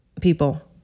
People